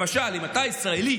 למשל אם אתה ישראלי